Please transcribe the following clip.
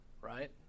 right